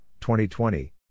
2020